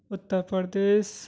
Uttar Pradesh